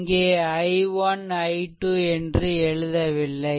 இங்கே i1 i2 என்று எழுதவில்லை